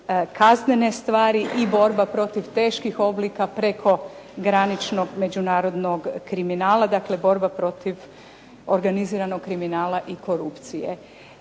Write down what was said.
kaznene stvari i borba protiv teških oblika prekograničnog međunarodnog kriminala. Dakle, borba protiv organiziranog kriminala i korupcije.